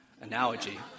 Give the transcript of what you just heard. analogy